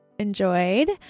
Enjoyed